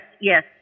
yes